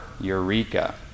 Eureka